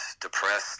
depressed